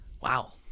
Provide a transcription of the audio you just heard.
wow